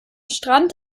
strand